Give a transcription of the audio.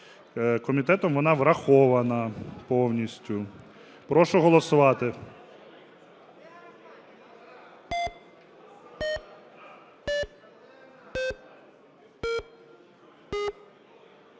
Комітетом вона врахована повністю. Прошу голосувати.